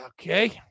okay